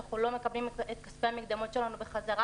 בעיית הזוגות היא שהם לא מקבלים את כספי המקדמות שלהם חזרה.